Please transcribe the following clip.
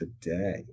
today